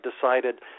decided